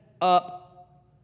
up